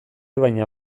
baina